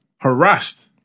harassed